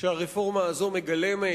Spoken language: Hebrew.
שהרפורמה הזאת מגלמת.